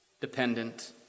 dependent